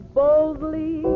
boldly